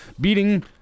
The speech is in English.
beating